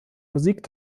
musik